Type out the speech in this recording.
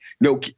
No